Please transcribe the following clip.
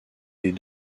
des